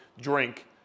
drink